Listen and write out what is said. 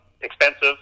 expensive